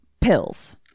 pills